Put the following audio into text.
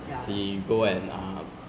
I know lah